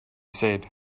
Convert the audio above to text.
said